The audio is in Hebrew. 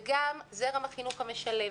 וגם זרם החינוך המשלב,